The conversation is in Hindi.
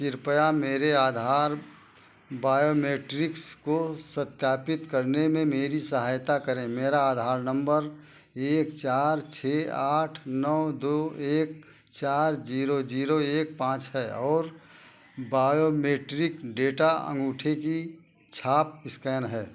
कृपया मेरे आधार बायोमेट्रिक्स को सत्यापित करने में मेरी सहायता करें मेरा आधार नम्बर एक चार छः आठ नौ दो एक चार जीरो जीरो एक पाँच है और बायोमेट्रिक डेटा अंगूठे की छाप स्कैन है